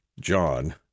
John